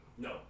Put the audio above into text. No